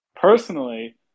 personally